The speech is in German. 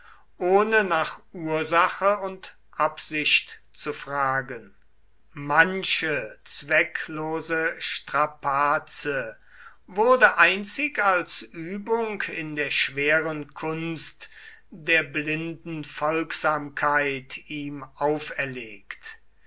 ohne nach ursache und absicht zu fragen manche zwecklose strapaze wurde einzig als übung in der schweren kunst der blinden folgsamkeit ihm auferlegt